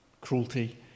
cruelty